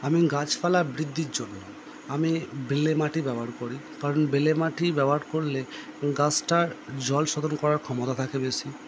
আমি গাছপালা বৃদ্ধির জন্য আমি বেলে মাটি ব্যবহার করি কারণ বেলে মাটি ব্যবহার করলে গাছটার জল শোধন করার ক্ষমতা থাকে বেশি